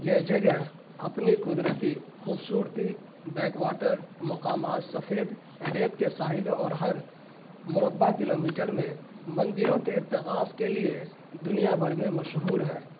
یہ جگہ اپنی قدرتی خوبصورتی بیک واٹر مقامات سفید ریت کے ساحلوں اور ہر مربع کلومیٹر میں مندروں کے ارتکاز کے لیے دنیا بھر میں مشہور ہے